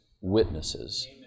witnesses